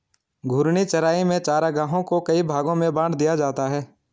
घूर्णी चराई में चरागाहों को कई भागो में बाँट दिया जाता है